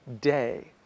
day